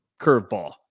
curveball